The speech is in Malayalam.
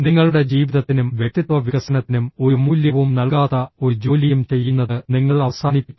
നിങ്ങളുടെ ജീവിതത്തിനും വ്യക്തിത്വ വികസനത്തിനും ഒരു മൂല്യവും നൽകാത്ത ഒരു ജോലിയും ചെയ്യുന്നത് നിങ്ങൾ അവസാനിപ്പിക്കണം